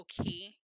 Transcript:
okay